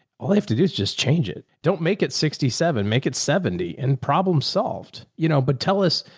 all they have to do is just change it. don't make it sixty seven, make it seventy and problem solved, you know, but tell us,